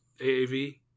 AAV